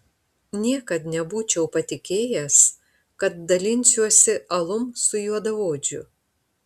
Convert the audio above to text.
niekad nebūčiau patikėjęs kad dalinsiuosi alum su juodaodžiu